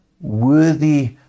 worthy